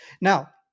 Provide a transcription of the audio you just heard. now